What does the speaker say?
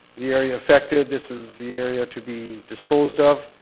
the area affected, this is the area to be disposed of,